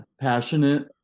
passionate